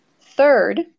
Third